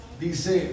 Dice